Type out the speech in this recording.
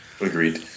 Agreed